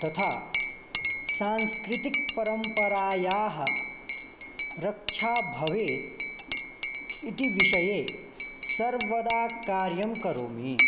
तथा सांस्कृतिक परम्परायाः रक्षा भवेत् इति विषये सर्वदा कार्यं करोमि